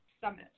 summit